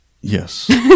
Yes